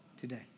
today